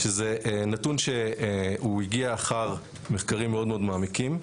שזה נתון שהוא הגיע אחר מחקרים מאוד מאוד מעמיקים.